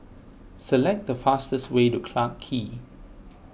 select the fastest way to Clarke Quay